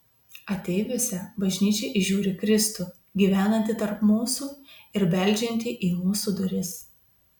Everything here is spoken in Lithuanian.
ateiviuose bažnyčia įžiūri kristų gyvenantį tarp mūsų ir beldžiantį į mūsų duris